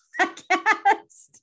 podcast